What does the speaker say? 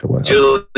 Julie